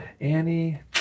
Annie